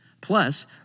Plus